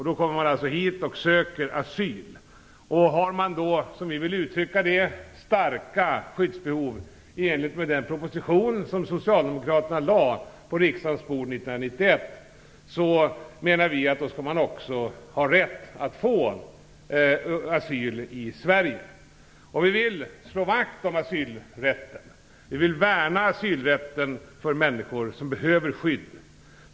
Det gäller människor som kommer hit och söker asyl. De som har starka skyddsbehov enligt den proposition som socialdemokraterna lade på riksdagens bord 1991 skall enligt vår uppfattning ha rätt att få asyl i Sverige. Vi vill slå vakt om asylrätten för människor som behöver skydd.